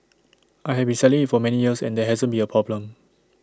I have been selling IT for many years and there hasn't been A problem